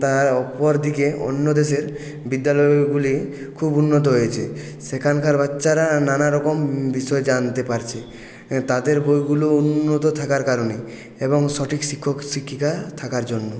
তা অপরদিকে অন্য দেশের বিদ্যালয়গুলি খুব উন্নত হয়েছে সেখানকার বাচ্চারা নানারকম বিষয় জানতে পারছে তাদের বইগুলো উন্নত থাকার কারণে এবং সঠিক শিক্ষক শিক্ষিকা থাকার জন্য